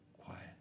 quiet